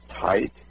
tight